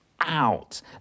out